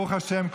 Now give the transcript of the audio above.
ברוך השם,